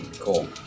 Cool